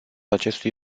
acestui